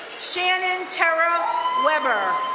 shannon taro weber.